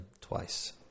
twice